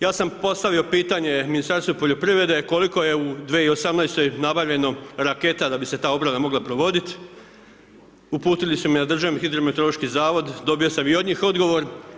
Ja sam postavio pitanje Ministarstvu poljoprivrede koliko je u 2018.-toj nabavljeno raketa da bi se ta obrana mogla provodit, uputili su me na Državni hidrometeorološki zavod, dobio sam i od njih odgovor.